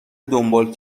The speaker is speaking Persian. دنبال